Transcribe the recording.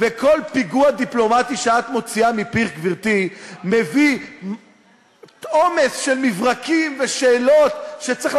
את מכירה עכשיו את הנוהל שנקרא מברקים ודיווחים שמגיעים מכל